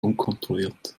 unkontrolliert